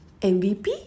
MVP